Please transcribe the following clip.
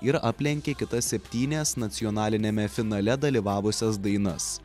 ir aplenkė kitas septynias nacionaliniame finale dalyvavusias dainas